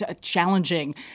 challenging